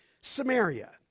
Samaria